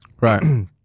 right